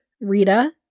Rita